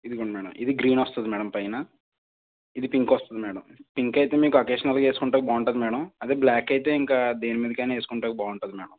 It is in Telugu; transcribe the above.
ఇదిగోండి మ్యాడం ఇది గ్రీన్ వస్తుంది మ్యాడం పైన ఇది పింక్ వస్తుంది మ్యాడం పింక్ అయితే మీకు అకేషనల్గా ఏసుకుంటాకి బాగుంటుంది మ్యాడం అది బ్ల్యాక్ అయితే ఇంక దేనిమీదకైనా ఏసుకుంటాకి బాగుంటుంది మ్యాడం